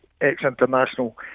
ex-international